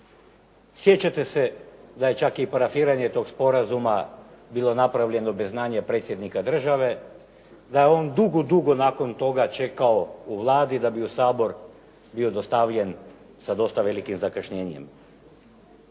Sjećate se da je čak i parafiranje tog sporazuma bilo napravljeno bez znanja Predsjednika države, da je on dugo, dugo nakon toga čekao u Vladi da bi u Sabor bio dostavljen sa dosta velikim zakašnjenjem.